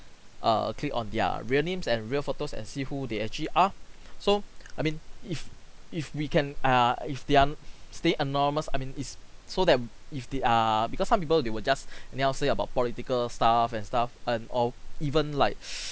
err click on their real names and real photos and see who they actually are so I mean if if we can err if their stay anonymous I mean it's so that if they are because some people they will just anyhow say about political stuff and stuff and or even like